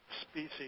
species